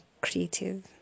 creative